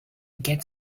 get